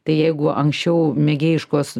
tai jeigu anksčiau mėgėjiškos